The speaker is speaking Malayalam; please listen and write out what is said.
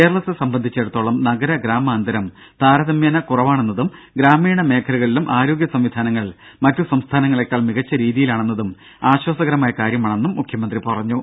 കേരളത്തെ സംബന്ധിച്ചിടത്തോളം നഗര ഗ്രാമ അന്തരം താരതമ്യേന കുറവാണെന്നതും ഗ്രാമീണ മേഖലകളിലും ആരോഗ്യ സംവിധാനങ്ങൾ സംസ്ഥാനങ്ങളേക്കാൾ മികച്ച മറ്റു രീതിയിലാണെന്നതും ആശ്വാസകരമായ കാര്യമാണെന്നും മുഖ്യമന്ത്രി പറഞ്ഞു